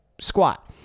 squat